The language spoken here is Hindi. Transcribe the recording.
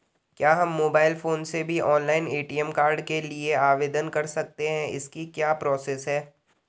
क्या हम मोबाइल फोन से भी ऑनलाइन ए.टी.एम कार्ड के लिए आवेदन कर सकते हैं इसकी क्या प्रोसेस है?